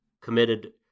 committed